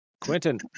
Quentin